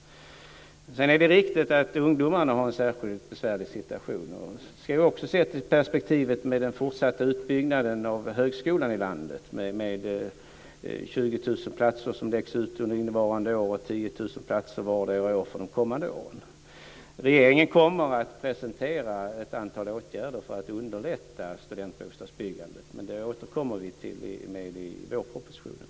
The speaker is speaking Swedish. Det är riktigt att ungdomarna har en särskilt besvärlig situation. Det ska också ses ur perspektivet med den fortsatta utbyggnaden av högskolan i landet med 20 000 platser som läggs ut under innevarande år och 10 000 för vardera av de kommande åren. Regeringen kommer att presentera ett antal åtgärder för att underlätta studentbostadsbyggandet. Men det återkommer vi till i vårpropositionen.